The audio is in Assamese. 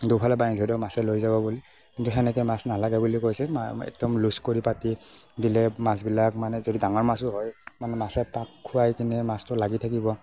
দুইফালে বান্ধি থৈ দিলোঁ মাছে লৈ যাব বুলি কিন্তু সেনেকৈ মাছ নালাগে বুলি কৈছিল মানে একদম লুজ কৰি পাতি দিলে মাছবিলাক মানে যদি ডাঙৰ মাছো হয় মানে মাছে পাক খোৱাই কিনে মাছটো লাগি থাকিব